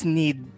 need